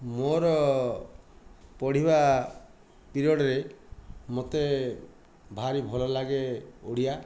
ମୋର ପଢ଼ିବା ପିରିୟଡ଼୍ରେ ମୋତେ ଭାରି ଭଲ ଲାଗେ ଓଡ଼ିଆ